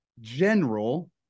general